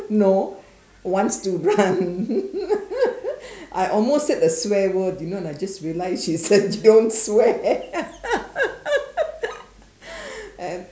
no wants to run I almost said the swear word you know and I just realized you said don't swear and